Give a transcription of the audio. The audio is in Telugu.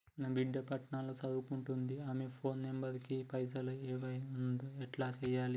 నా బిడ్డే పట్నం ల సదువుకుంటుంది ఆమె ఫోన్ నంబర్ కి పైసల్ ఎయ్యమన్నది ఎట్ల ఎయ్యాలి?